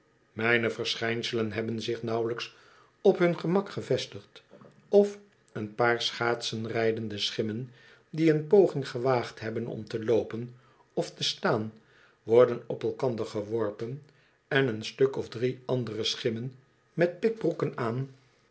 mijne verschijnselen hebben zich nauwelijks op hun gemak gevestigd of een paar schaatseririjdende schimmen die een poging gewaagd hebben om te loopen of te staan worden op elkander geworpen en een stuk of drie andere schimmen met pikbroeken aan